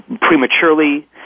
prematurely